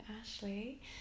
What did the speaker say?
Ashley